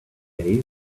day